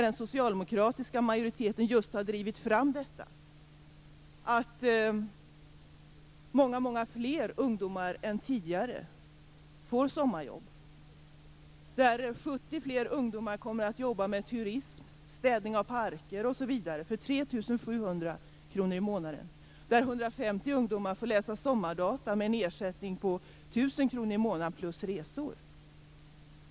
Den socialdemokratiska majoriteten har drivit fram att många fler ungdomar än tidigare får sommarjobb. Det är 70 fler ungdomar som kommer att jobba med turism, städning av parker, m.m. för 3 700 kr i månaden. 150 ungdomar får läsa sommardata med en ersättning på 1 000 kr i månaden och betalda resor.